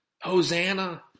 Hosanna